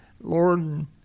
Lord